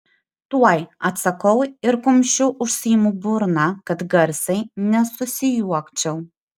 tuoj atsakau ir kumščiu užsiimu burną kad garsiai nesusijuokčiau